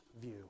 view